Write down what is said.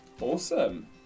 Awesome